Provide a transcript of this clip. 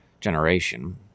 generation